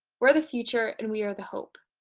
we're the future, and we are the hope.